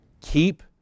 Keep